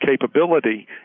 capability